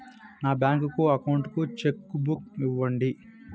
నా bank account కు cheque book ఇవ్వండి